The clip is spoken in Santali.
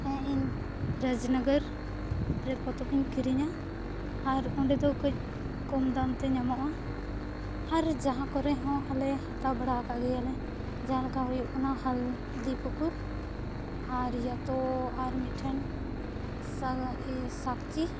ᱦᱮᱸ ᱤᱧ ᱨᱟᱡᱽᱱᱚᱜᱚᱨ ᱨᱮ ᱯᱚᱛᱚᱵᱼᱤᱧ ᱠᱤᱨᱤᱧᱟ ᱟᱨ ᱚᱸᱰᱮᱫᱚ ᱠᱟᱹᱡ ᱠᱚᱢ ᱫᱟᱢᱛᱮ ᱧᱟᱢᱚᱜᱼᱟ ᱟᱨ ᱡᱟᱦᱟᱸ ᱠᱚᱨᱮᱦᱚᱸ ᱟᱞᱮ ᱦᱟᱛᱟᱣ ᱵᱟᱲᱟ ᱟᱠᱟᱫ ᱜᱮᱭᱟᱞᱮ ᱡᱟᱦᱟᱸᱞᱮᱠᱟ ᱦᱩᱭᱩᱜ ᱠᱟᱱᱟ ᱦᱚᱞᱫᱤ ᱯᱩᱠᱩᱨ ᱟᱨ ᱭᱟᱛᱳ ᱟᱨ ᱢᱤᱫᱴᱷᱮᱱ ᱥᱟᱹᱠᱪᱤ